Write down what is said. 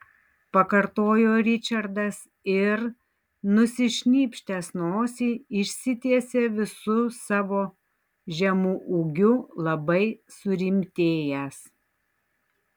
pakartojo ričardas ir nusišnypštęs nosį išsitiesė visu savo žemu ūgiu labai surimtėjęs